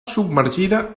submergida